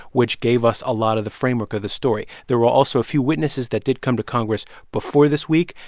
which gave us a lot of the framework of this story. there were also a few witnesses that did come to congress before this week.